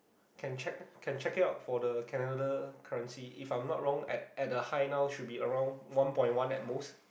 can check can check it out for the Canada currency if I'm not wrong at at the high now should be around one point one at most